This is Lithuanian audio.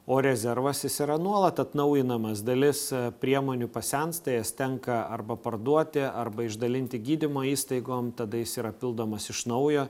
o rezervas jis yra nuolat atnaujinamas dalis priemonių pasensta jas tenka arba parduoti arba išdalinti gydymo įstaigom tada jis yra pildomas iš naujo